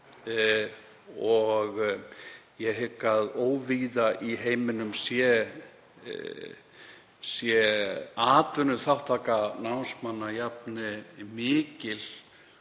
og ég hygg að óvíða í heiminum sé atvinnuþátttaka námsmanna jafn mikil